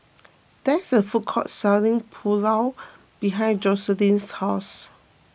there is a food court selling Pulao behind Joycelyn's house